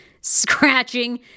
scratching